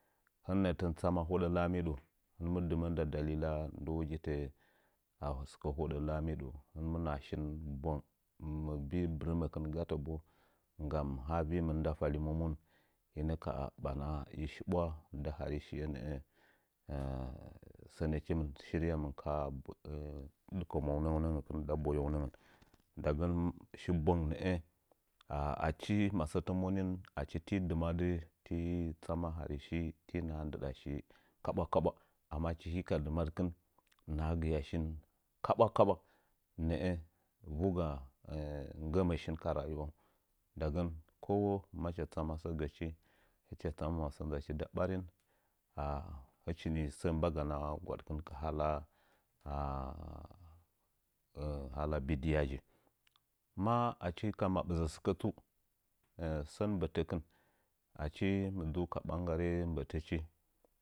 Hɨn nəꞌə tɨn tsama hodə lamiɗo hɨnɨn dɨmə'ə nda dalik ndɨwogi tə'ə asɨkə hodə lamiɗə hɨnɨm naha shin bwang mɨ vii bɨrəm aƙin gatə bo nggani haa vimɨn nda vali mwamon ka ɓana ishiɓwa hari shiye nə'ə sənəchimɨn shiryan mɨn dɨkə məunəngən nda boyen ndagən shin bwang nə'ə achi masətə monin tii dɨmyadɨ tɔ tsama hari shi tii naha ndɨɗa shi kaɓwakaɓwa achi hi kadimyadkɨn nahegiya shin kabwa kabwa nə'ə vuga nggəmashin ka rayiwaung ndagən kawo macha tsama səə gachi hɨcha tsama masəə ndəachi nda ɓarin are hɨchi ni səə mbaga na gwadkɨn ka hala bichiyaji maa achi ka maɓɨzə sən mbətəkɨn achi mɨ dəu ka bənggare mbətəchi